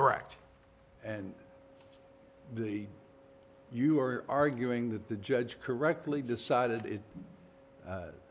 correct and you are arguing that the judge correctly decided it